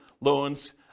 loans